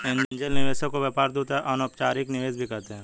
angel निवेशक को व्यापार दूत या अनौपचारिक निवेशक भी कहते हैं